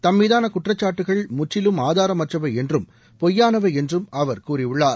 தம்மீதான குற்றச்சாட்டுகள் முற்றிலும் ஆதாரமற்றவை என்றும் பொய்யானவை என்றும் அவர் கூறியுள்ளார்